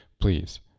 please